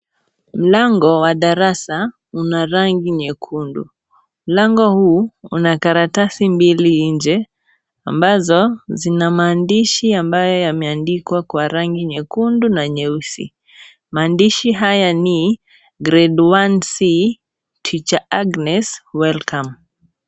Mlango wa darasa una rangi nyekundu, mlango huu una karatasi mbili nje, ambazo zina maandishi ambayo yameandikwa kwa rangi nyekundu na nyeusi. Maandishi haya ni, " grade 1C , teacher Agness, welcome .